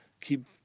keep